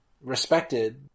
respected